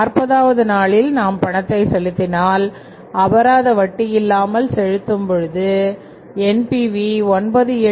நாற்பதாவது நாளில் நாம் பணத்தை செலுத்தினால் அபராத வட்டி இல்லாமல் செலுத்தும் பொழுது NPV 98381